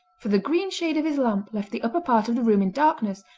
for the green shade of his lamp left the upper part of the room in darkness,